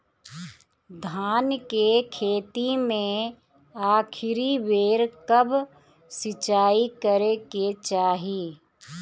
धान के खेती मे आखिरी बेर कब सिचाई करे के चाही?